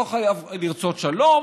לא חייב לרצות שלום,